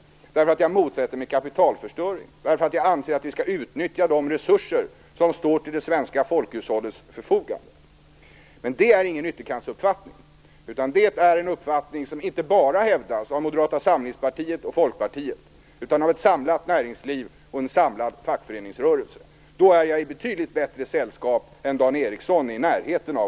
Det beror på att jag motsätter mig kapitalförstöring och anser att vi skall utnyttja de resurser som står till det svenska folkhushållets förfogande. Det är ingen ytterkantsuppfattning, utan det är en uppfattning som hävdas inte bara av Moderata samlingspartiet och Folkpartiet, utan också av ett samlat näringsliv och en samlad fackföreningsrörelse. Då är jag i betydligt bättre sällskap än Dan Ericsson är i närheten av.